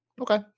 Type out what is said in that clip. Okay